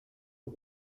aux